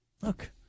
Look